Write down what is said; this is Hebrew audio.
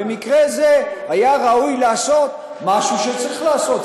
במקרה הזה היה ראוי לעשות משהו שצריך לעשות.